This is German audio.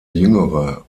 jüngere